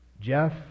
Jeff